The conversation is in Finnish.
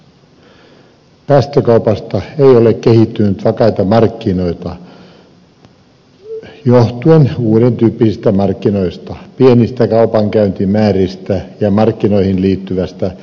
päästökaupasta ei ole kehittynyt vakaita markkinoita johtuen uudentyyppisistä markkinoista pienistä kaupankäyntimääristä ja markkinoihin liittyvästä epävarmuudesta